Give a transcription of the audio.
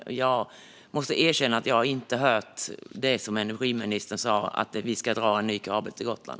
Jag måste erkänna att jag inte har hört att energiministern ska ha sagt att det ska dras en ny kabel till Gotland.